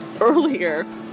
earlier